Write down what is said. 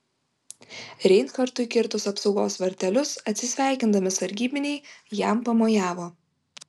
reinhartui kirtus apsaugos vartelius atsisveikindami sargybiniai jam pamojavo